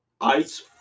ice